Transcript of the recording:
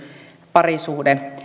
parisuhde